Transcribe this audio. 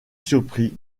surpris